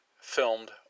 filmed